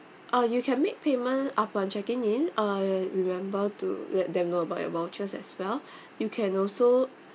uh you can make payment upon checking in uh remember to let them know about your vouchers as well you can also